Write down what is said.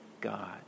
God